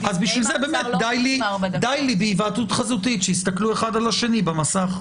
בשביל זה די לי בהיוועדות חזותית - שיסתכלו אחד על השני במסך.